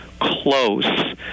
close